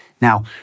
Now